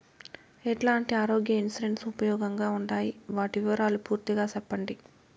ఎట్లాంటి ఆరోగ్య ఇన్సూరెన్సు ఉపయోగం గా ఉండాయి వాటి వివరాలు పూర్తిగా సెప్పండి?